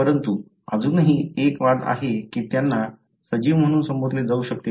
परंतु अजूनही एक वाद आहे की त्यांना सजीव म्हणून संबोधले जाऊ शकते का